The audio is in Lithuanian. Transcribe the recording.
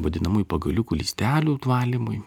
vadinamųjų pagaliukų lystelių valymui